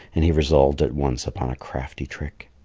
and he resolved at once upon a crafty trick.